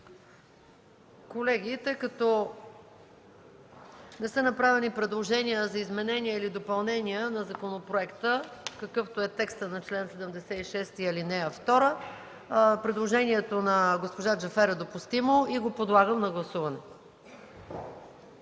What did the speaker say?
Колеги, тъй като не са направени предложения за изменения или допълнения на законопроекта, какъвто е текстът на чл. 76, ал. 2, предложението на госпожа Джафер е допустимо и го подлагам на гласуване.